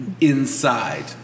Inside